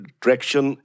traction